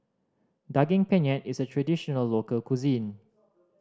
Daging Penyet is a traditional local cuisine